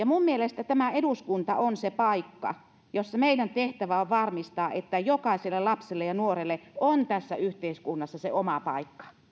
minun mielestäni tämä eduskunta on se paikka jossa meidän tehtävämme on varmistaa että jokaiselle lapselle ja nuorelle on tässä yhteiskunnassa se oma paikka